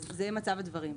אז זה מצב הדברים.